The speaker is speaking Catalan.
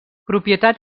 propietat